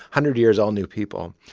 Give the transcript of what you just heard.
hundred years, all new people.